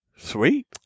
sweet